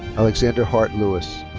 alexander hart lewis.